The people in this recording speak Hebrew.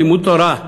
לימוד תורה.